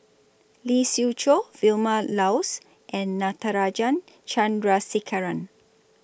Lee Siew Choh Vilma Laus and Natarajan Chandrasekaran